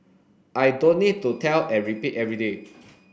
I don't need to tell and repeat every day